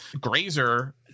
Grazer